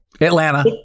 Atlanta